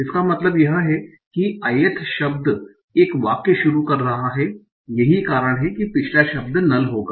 इसका मतलब यह है कि यह ith शब्द एक वाक्य शुरू कर रहा है यही कारण है कि पिछला शब्द नल होगा